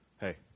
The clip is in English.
Hey